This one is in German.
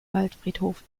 waldfriedhof